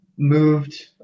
Moved